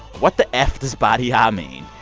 what the f does ba-de-ya mean?